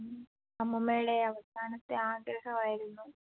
അമ്മൂമ്മേടെ അവസാനത്തെ ആഗ്രഹവായിരുന്നു